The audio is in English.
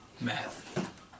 Math